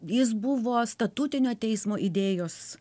jis buvo statutinio teismo idėjos